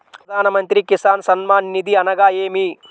ప్రధాన మంత్రి కిసాన్ సన్మాన్ నిధి అనగా ఏమి?